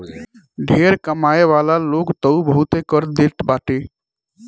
ढेर कमाए वाला लोग तअ बहुते कर देत बाटे